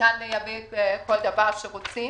ניתן יהיה לייבא כל דבר שרוצים.